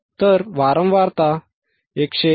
तर वारंवारता 159